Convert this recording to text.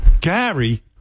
Gary